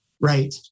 Right